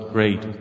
Great